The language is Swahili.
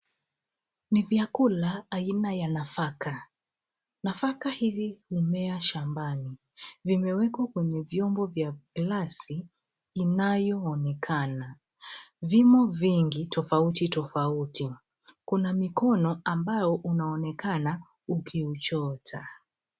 Ni vyakula aina ya nafaka. Nafaka hivi humea shambani. Vimewekwa kwenye vyombo vya glasi inayoonekana. Vimo vingi tofauti tofauti. Kuna mikono ambao unaonekana ukiuchota.